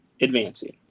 advancing